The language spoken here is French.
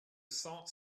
cent